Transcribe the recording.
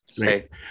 Right